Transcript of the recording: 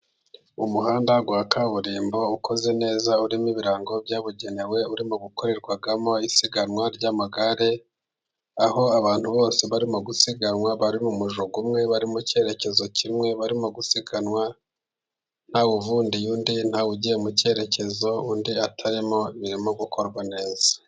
Umuhanda wa kaburimbo ukoze neza urimo ibirango byabugenewe urimo gukorerwamo isiganwa ry'amagare, aho abantu bose barimo gusiganwa bari mu mujyo umwe, bari mu cyerekezo kimwe, barimo gusiganwa, ntawuvundiye undi, nta wugiye mu cyerekezo undi atarimo, birimo gukorwa neza.